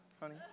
honey